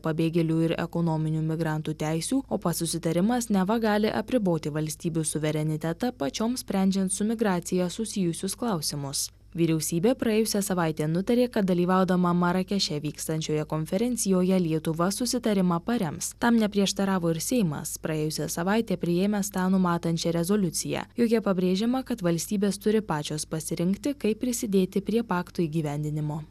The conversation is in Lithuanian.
pabėgėlių ir ekonominių migrantų teisių o pats susitarimas neva gali apriboti valstybių suverenitetą pačioms sprendžiant su migracija susijusius klausimus vyriausybė praėjusią savaitę nutarė kad dalyvaudama marakeše vykstančioje konferencijoje lietuva susitarimą parems tam neprieštaravo ir seimas praėjusią savaitę priėmęs tą numatančią rezoliuciją joje pabrėžiama kad valstybės turi pačios pasirinkti kaip prisidėti prie pakto įgyvendinimo